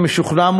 אני משוכנע,